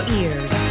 ears